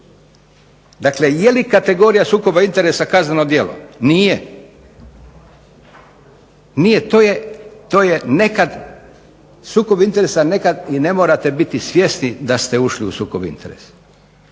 Dakle, je li kategorija sukoba interesa kazneno djelo? Nije. To je nekad, sukob interesa nekad i ne morate biti svjesni da ste ušli u sukob interesa.